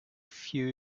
few